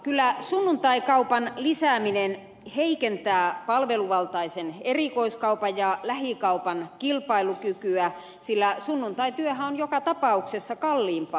kyllä sunnuntaikaupan lisääminen heikentää palveluvaltaisen erikoiskaupan ja lähikaupan kilpailukykyä sillä sunnuntaityöhän on joka tapauksessa kalliimpaa